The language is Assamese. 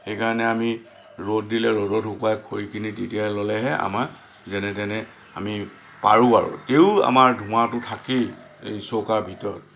সেইকাৰণে আমি ৰ'দ দিলে ৰ'দত শুকুৱাই খৰিখিনি তিতিয়াই ল'লেহে আমাৰ যেনে তেনে আমি পাৰোঁ আৰু তেও আমাৰ ধোঁৱাটো থাকেই এই চৌকা ভিতৰত